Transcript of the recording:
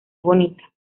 bonita